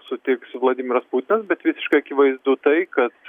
sutiks vladimiras putinas bet visiškai akivaizdu tai kad